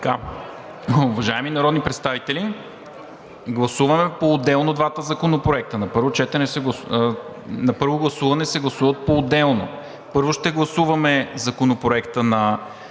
Уважаеми народни представители, гласуваме поотделно двата законопроекта! На първо гласуване се гласуват поотделно! Първо ще гласуваме Законопроекта на